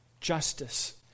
justice